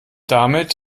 damit